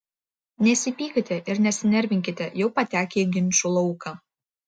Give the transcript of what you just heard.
nesipykite ir nesinervinkite jau patekę į ginčų lauką